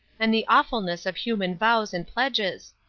and the awfulness of human vows and pledges.